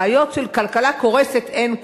בעיות של כלכלה קורסת אין כאן,